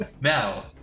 now